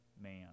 man